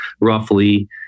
roughly